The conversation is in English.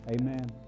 Amen